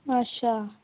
अच्छा